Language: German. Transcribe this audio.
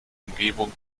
umgebung